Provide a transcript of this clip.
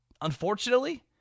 unfortunately